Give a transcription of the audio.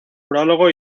prólogo